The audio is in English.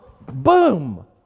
boom